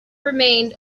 remained